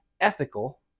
ethical